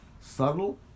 subtle